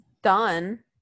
Done